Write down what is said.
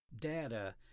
Data